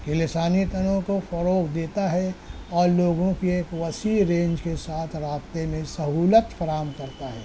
یہ لسانی تنوع کو فروغ دیتا ہے اور لوگوں کی ایک وسیع رینج کے ساتھ رابطے میں سہولت فراہم کرتا ہے